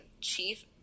chief